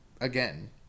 again